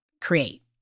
create